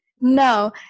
No